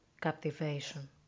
captivation